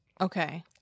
okay